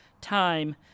time